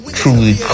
truly